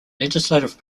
legislative